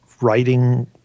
writing